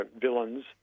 villains